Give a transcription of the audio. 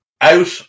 out